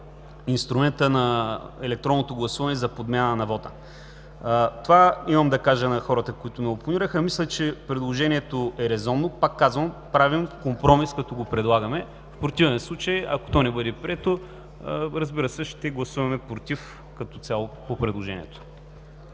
инструмента на електронното гласуване за подмяна на вота. Това имам да кажа на хората, които ме опонираха. Мисля, че предложението е резонно. Пак казва: правим компромис, като го предлагаме. В противен случай, ако то не бъде прието, разбира се, ще гласуваме „против” като цяло по предложението.